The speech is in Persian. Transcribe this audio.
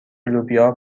لوبیا